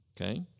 okay